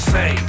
Say